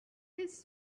his